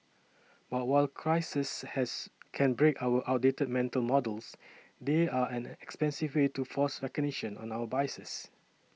but while crises has can break our outdated mental models they are an expensive way to force recognition of our biases